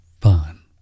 fun